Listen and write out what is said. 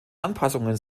anpassungen